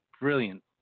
brilliant